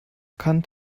kann